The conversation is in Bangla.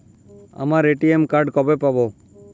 আমার এ.টি.এম কার্ড কবে পাব?